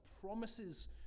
promises